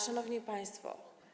Szanowni Państwo!